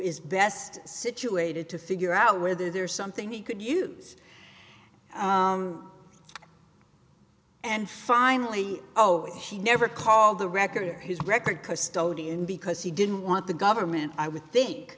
is best situated to figure out whether there is something he could use and finally oh she never called the record his record custodian because he didn't want the government i would think